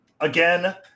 Again